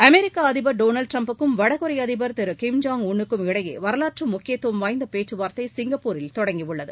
அமெரிக்க அதிபர் Donald Trump புக்கும் வடகொரிய அதிபர் திரு கிம் ஜாங் உள் னுக்கும் இடையே வரலாற்று முக்கியத்துவம் வாய்ந்த பேச்சுவார்த்தை சிங்கப்பூரில் தொடங்கி உள்ளது